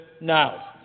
now